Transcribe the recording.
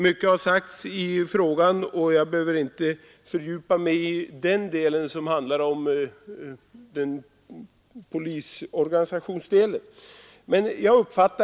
Mycket har sagts i den här frågan, och jag behöver inte fördjupa mig i den del som handlar om polisorganisationen.